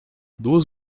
duas